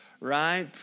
right